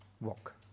walk